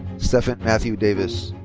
steffen matthew davis.